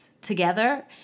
together